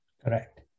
Correct